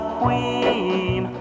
queen